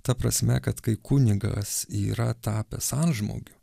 ta prasme kad kai kunigas yra tapęs antžmogiu